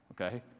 okay